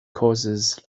causes